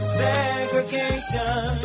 segregation